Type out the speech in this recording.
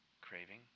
craving